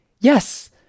yes